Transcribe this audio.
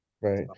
right